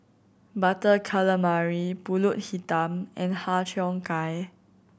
Butter Calamari Pulut Hitam and Har Cheong Gai